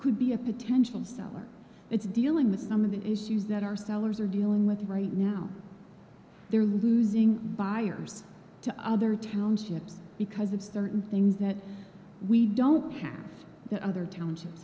could be a potential seller it's dealing with some of the issues that are sellers are dealing with right now they're losing buyers to other townships because of certain things that we don't have that other